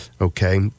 okay